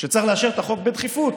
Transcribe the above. שצריך לאשר את החוק בדחיפות.